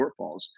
shortfalls